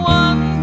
one